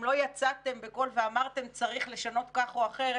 לא יצאתם בקול ואמרתם צריך לשנות כך או אחרת,